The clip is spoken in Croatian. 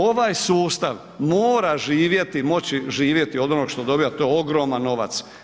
Ovaj sustav mora živjeti, moći živjeti od onog što dobiva, to je ogroman novac.